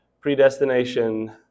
predestination